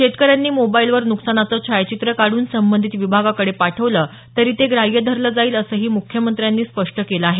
शेतकऱ्यांनी मोबाईलवर नुकसानाचं छायाचित्र काढून संबंधित विभागाकडे पाठवलं तरी ते ग्राह्य धरलं जाईल असंही मुख्यमंत्र्यांनी स्पष्ट केलं आहे